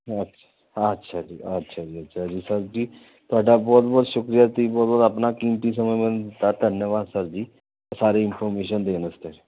ਅੱਛ ਅੱਛਾ ਜੀ ਅੱਛਾ ਜੀ ਅੱਛਾ ਜੀ ਸਰ ਜੀ ਤੁਹਾਡਾ ਬਹੁਤ ਬਹੁਤ ਸ਼ੁਕਰੀਆ ਤੁਸੀਂ ਬਹੁਤ ਬਹੁਤ ਆਪਣਾ ਕੀਮਤੀ ਸਮਾਂ ਮੈਨੂੰ ਦਿੱਤਾ ਧੰਨਵਾਦ ਸਰ ਜੀ ਸਾਰੀ ਇਨਫੋਰਮੇਸ਼ਨ ਦੇਣ ਵਾਸਤੇ